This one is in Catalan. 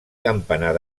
campanar